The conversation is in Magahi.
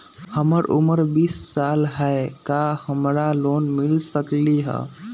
हमर उमर बीस साल हाय का हमरा लोन मिल सकली ह?